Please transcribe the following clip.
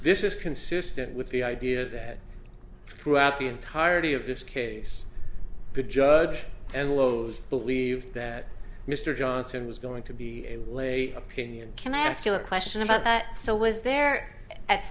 is consistent with the idea that throughout the entirety of this case the judge and lowes believed that mr johnson was going to be a lay opinion can i ask you a question about that so was there at